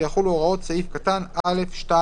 ויחולו הוראות סעיף קטן (א)(2)(ב);